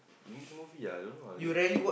English movie ah I don't know ah dude